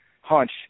hunch